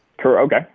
Okay